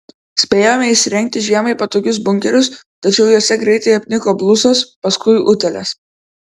spėjome įsirengti žiemai patogius bunkerius tačiau juose greitai apniko blusos paskui utėlės